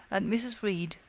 and mrs. reed,